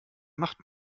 macht